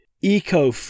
Eco